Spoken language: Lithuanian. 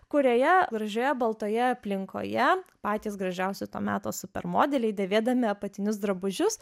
kurioje gražioje baltoje aplinkoje patys gražiausi to meto supermodeliai dėvėdami apatinius drabužius